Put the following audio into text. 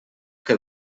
que